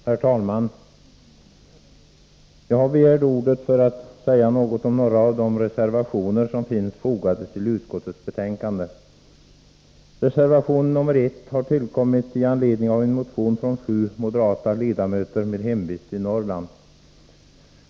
Herr talman! Jag har begärt ordet för att säga något om några av de reservationer som finns fogade till utskottets betänkande. Reservation nr 1 har tillkommit med anledning av en motion från sju m-ledamöter med hemvist i Norrland.